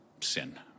sin